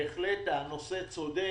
בהחלט הנושא צודק,